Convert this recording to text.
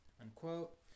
unquote